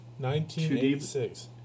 1986